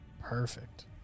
Perfect